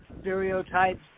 stereotypes